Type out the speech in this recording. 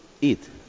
eat